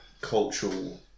cultural